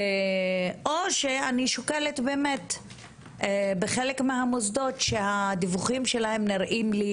או שאני שוקלת בחלק מהמוסדות שהדיווחים שלהם נראים לי